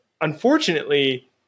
Unfortunately